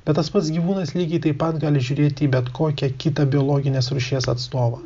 bet tas pats gyvūnas lygiai taip pat gali žiūrėti į bet kokią kitą biologinės rūšies atstovą